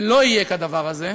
ולא יהיה כדבר הזה,